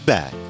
Back